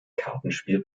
kartenspiel